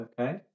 okay